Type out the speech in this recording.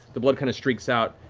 the blood kind of streaks out.